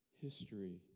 history